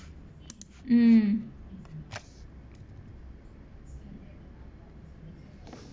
mm